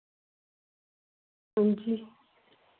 हां जी